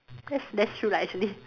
that's that's true lah actually